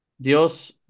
Dios